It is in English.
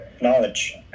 knowledge